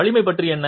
வலிமை பற்றி என்ன